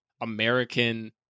American